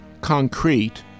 concrete